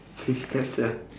play cards ah